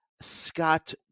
Scott